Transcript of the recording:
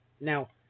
Now